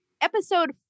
episode